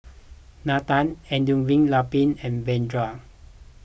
Nathan Elattuvalapil and Vedre